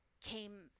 came